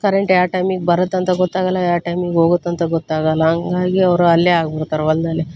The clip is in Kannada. ಕರೆಂಟ್ ಯಾವ ಟೈಮಿಗೆ ಬರುತ್ತಂತ ಗೊತ್ತಾಗಲ್ಲ ಯಾವ ಟೈಮಿಗೆ ಹೋಗುತ್ತಂತ ಗೊತ್ತಾಗಲ್ಲ ಹಂಗಾಗಿ ಅವರು ಅಲ್ಲೇ ಆಗ್ಬಿಡ್ತಾರೆ ಹೊಲ್ದಲ್ಲೇ